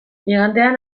igandean